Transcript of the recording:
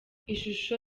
ishusho